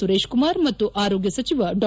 ಸುರೇಶಕುಮಾರ್ ಮತ್ತು ಆರೋಗ್ಯ ಸಚಿವ ಡಾ